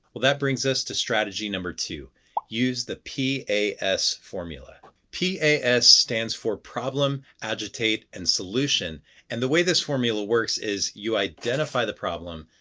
that brings us to strategy number two use the p a s. formula. p a s. stands for problem, agitate and solution and the way this formula works is you identify the problem,